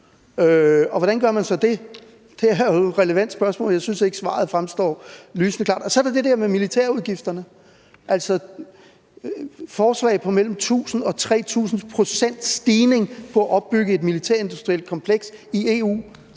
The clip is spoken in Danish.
og hvordan gør man så det? Det er jo et relevant spørgsmål. Jeg synes ikke, at svaret fremstår lysende klart. Så er der det der med militærudgifterne. Der er et forslag om en stigning på mellem 1.000 og 3.000 pct. til at opbygge et militærindustrielt kompleks i EU